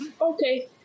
Okay